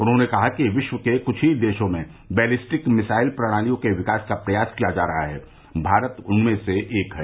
उन्होंने कहा कि विश्व के कुछ ही देशों में बैलेस्टिक मिसाइल प्रणालियों के विकास का प्रयास किया जा रहा है भारत उनमें से एक है